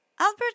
Albert